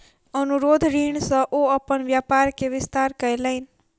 अनुरोध ऋण सॅ ओ अपन व्यापार के विस्तार कयलैन